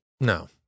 No